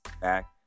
back